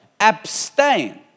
Abstain